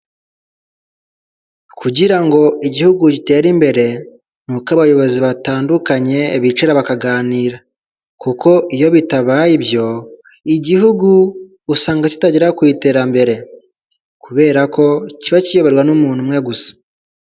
Kugira ngo igihugu gitere imbere, ni uko abayobozi batandukanye bicara bakaganira kuko iyo bitabaye ibyo igihugu usanga kitagera ku iterambere, kubera ko kiba kiyoborwa n'umuntu umwe gusa.